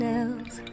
else